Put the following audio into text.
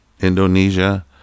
Indonesia